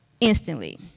instantly